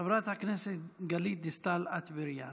חברת הכנסת גלית דיסטל אטבריאן.